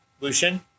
Lucian